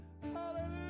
Hallelujah